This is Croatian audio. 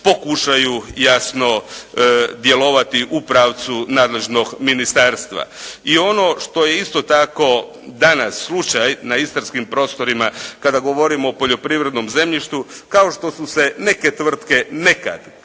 pokušaju jasno djelovati u pravcu nadležnog ministarstva. I ono što je danas isto tako slučaj na istarskim prostorima kada govorimo o poljoprivrednom zemljištu kao što su se neke tvrtke nekad